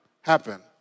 happen